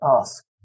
ask